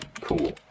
cool